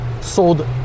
sold